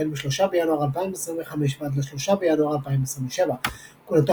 החל מ-3 בינואר 2025 עד ל-3 בינואר 2027. כהונתו